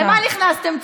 למה נכנסתם?